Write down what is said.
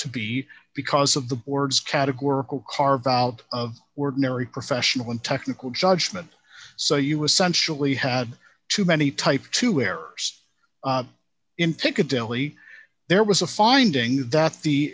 to be because of the board's categorical carve out of ordinary professional and technical judgment so you essentially had too many type two errors in piccadilly there was a finding that the